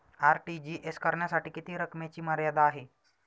RTGS करण्यासाठी किती रकमेची मर्यादा आहे?